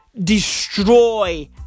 destroy